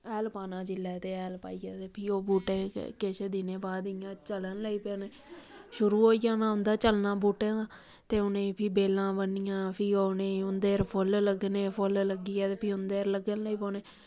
हैल पाना जिल्लै ते हैल पाइयै फ्ही ओह् बहूटें गी किश दिनें बाद इ'यां चलन लगी पेआ ते शुरू होई आना उं'दा चलना बहूटें दा ते उ'नेंगी फ्ही बेलां बननियां फ्ही ओह् उनेंगी उंदे रेह् पर फुल्ल लग्गने फुल्ल लग्गी ऐ ते फ्ही उंदे पर लग्गन लगी पौने